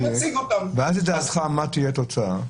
מה לדעתך תהיה התוצאה?